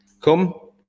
come